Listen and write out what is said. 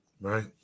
Right